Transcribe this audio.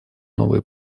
новые